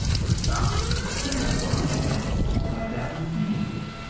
but stop and consider for a moment what that would mean.